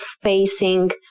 facing